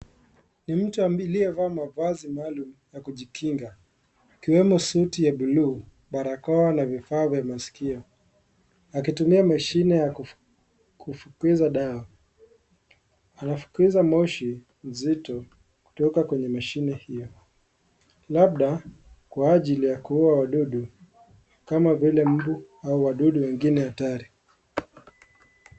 Ni mtu aliyevaa mavazi maalum ya kujikinga ikiwemo suti ya buluu, barakoa na vifaa vya masikio akitumia mashine ya kufukiza dawa. Anafukiza moshi nzito kutoka kwenye mashine hio, labda kwa ajili ya kuuwa wadudu kama vile mbu au wadudu wengine hatari.